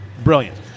Brilliant